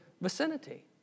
vicinity